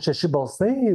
šeši balsai